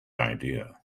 idea